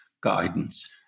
guidance